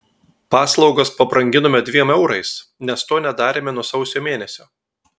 paslaugas pabranginome dviem eurais nes to nedarėme nuo sausio mėnesio